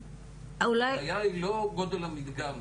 הבעיה היא לא גודל המדגם,